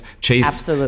Chase